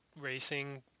racing